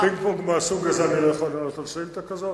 בפינג-פונג מהסוג הזה אני לא יכול לענות על שאילתא כזאת.